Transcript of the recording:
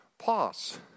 pause